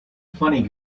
funny